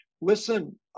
Listen